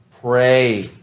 Pray